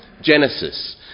genesis